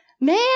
Man